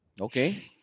Okay